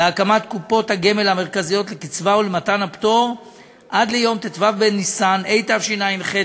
להקמת קופות הגמל המרכזיות לקצבה ולמתן הפטור עד ליום ט"ו בניסן התשע"ח,